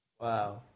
Wow